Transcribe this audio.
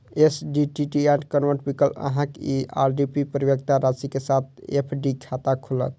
STDR convert विकल्प अहांक ई आर.डी परिपक्वता राशि के साथ एफ.डी खाता खोलत